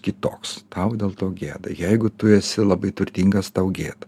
kitoks tau dėl to gėda jeigu tu esi labai turtingas tau gėda